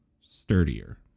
sturdier